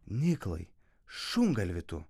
niklai šungalvi tu